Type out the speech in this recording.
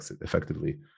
effectively